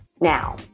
now